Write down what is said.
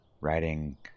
writing